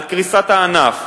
על קריסת הענף.